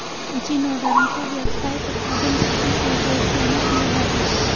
echinoderm का व्यावसायिक उत्पादन दक्षिण पूर्व एशिया में किया जाता है